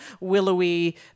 willowy